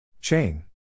Chain